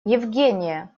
евгения